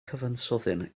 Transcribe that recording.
cyfansoddyn